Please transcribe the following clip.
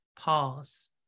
pause